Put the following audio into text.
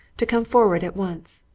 to come forward at once.